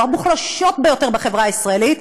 המוחלשות ביותר בחברה הישראלית,